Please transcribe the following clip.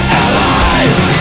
allies